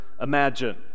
imagine